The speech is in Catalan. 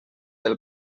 del